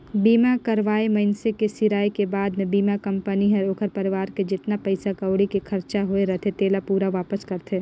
बीमा करवाल मइनसे के सिराय के बाद मे बीमा कंपनी हर ओखर परवार के जेतना पइसा कउड़ी के खरचा होये रथे तेला पूरा वापस करथे